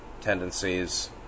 tendencies